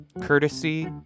Courtesy